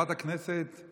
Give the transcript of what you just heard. חברת הכנסת